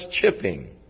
chipping